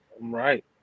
right